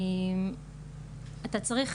אתה צריך